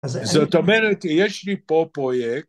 זאת אומרת, יש לי פה פרויקט